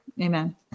amen